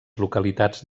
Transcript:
localitats